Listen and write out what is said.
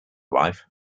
life